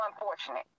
unfortunate